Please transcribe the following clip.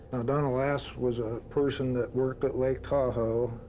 donna lass was a person that worked at lake tahoe.